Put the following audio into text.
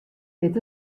wit